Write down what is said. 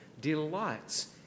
delights